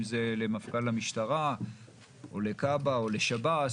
אם זה למפכ"ל המשטרה או לכב"ה או לשב"ס.